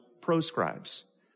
proscribes